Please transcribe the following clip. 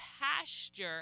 pasture